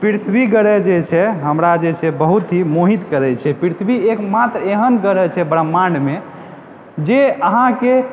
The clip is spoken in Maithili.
पृथ्वी ग्रह जे छै हमरा जे छै बहुत ही मोहित करै छै पृथ्वी एकमात्र एहन ग्रह छै ब्रम्हाण्डमे जे अहाँके